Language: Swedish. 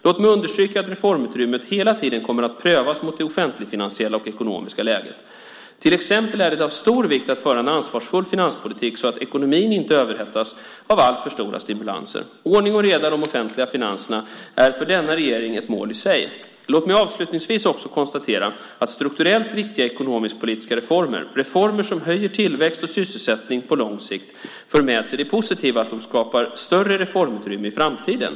Låt mig understryka att reformutrymmet hela tiden kommer att prövas mot det offentligfinansiella och ekonomiska läget. Till exempel är det av stor vikt att föra en ansvarsfull finanspolitik så att ekonomin inte överhettas av alltför stora stimulanser. Ordning och reda i de offentliga finanserna är för denna regering ett mål i sig. Låt mig avslutningsvis också konstatera att strukturellt riktiga ekonomisk-politiska reformer - reformer som höjer tillväxt och sysselsättning på lång sikt - för med sig det positiva att de skapar större reformutrymmen i framtiden.